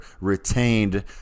retained